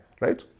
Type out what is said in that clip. right